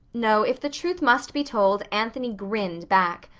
no, if the truth must be told, anthony grinned back.